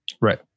Right